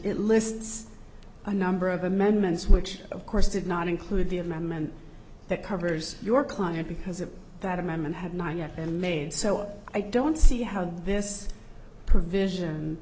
it lists a number of amendments which of course did not include the amendment that covers your client because of that amendment had not yet been made so i don't see how this provision